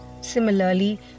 Similarly